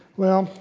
well,